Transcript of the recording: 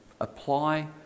apply